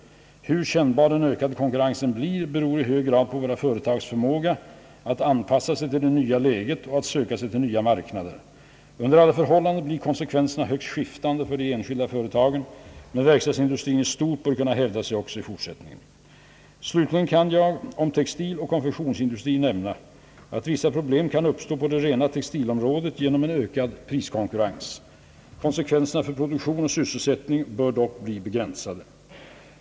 Hur kännbar den ökade konkurrensen blir, beror i hög grad på våra företags förmåga att anpassa sig till det nya läget och att söka sig till nya marknader. Under alla förhållanden blir konsekvenserna högst skiftande för de enskilda företagen, men verkstadsindustrin i stort bör kunna hävda sig också 1 fortsättningen. Slutligen kan jag om textiloch konfektionsindustrin nämna, att vissa problem kan uppstå på det rena textilområdet genom en ökad priskonkurrens. Konsekvenserna för produktion och sysselsättning bör dock bli begränsade.